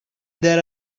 there